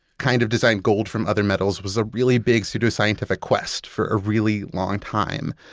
kind of design gold from other metals was a really big pseudo-scientific quest for a really long time.